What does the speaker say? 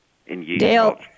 Dale